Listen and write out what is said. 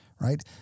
right